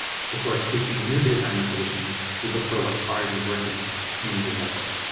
before seeking new design solutions, we look for what's already working at the community level.